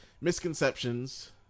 misconceptions